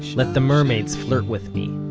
let the mermaids flirt with me,